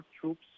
troops